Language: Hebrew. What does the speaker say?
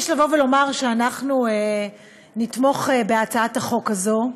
יש לומר שאנחנו נתמוך בהצעת החוק הזאת.